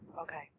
Okay